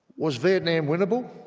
was vietnam winnable?